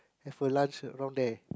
have a lunch around there